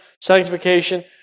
sanctification